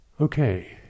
okay